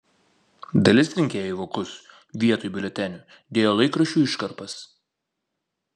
dalis rinkėjų į vokus vietoj biuletenių dėjo laikraščių iškarpas